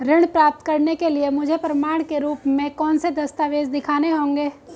ऋण प्राप्त करने के लिए मुझे प्रमाण के रूप में कौन से दस्तावेज़ दिखाने होंगे?